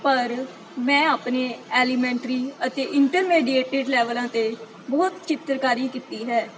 ਪਰ ਮੈਂ ਆਪਣੇ ਐਲੀਮੈਂਟਰੀ ਅਤੇ ਇੰਟਰਮੈਡੀਏਟਿਡ ਲੈਵਲਾਂ 'ਤੇ ਬਹੁਤ ਚਿੱਤਰਕਾਰੀ ਕੀਤੀ ਹੈ